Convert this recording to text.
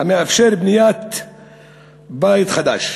המאפשר בניית בית חדש.